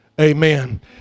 amen